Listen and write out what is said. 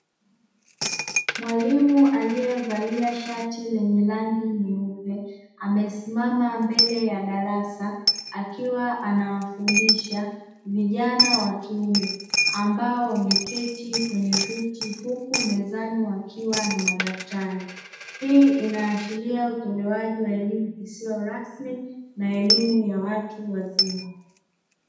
Mwalimu aliyevalia shati lenye rangi nyeupe amesimama mbele ya darasa akiwa anawafundisha vijana wa kiume; ambao wameketi kwenye viti huku mezani wakiwa na madaftari, hii inaashiria utolewaji wa elimu isiyo rasmi na elimu ya watu wazima.